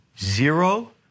zero-